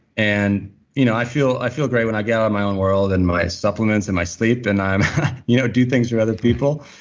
and you know i feel i feel great when i go out on my own world and my supplements and my sleep and um you know do things for other people.